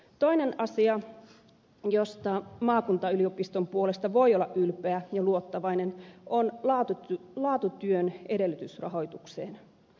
toinen asia josta maakuntayliopiston puolesta voi olla ylpeä ja jonka suhteen voi olla luottavainen on laatutyön edellytys rahoituksessa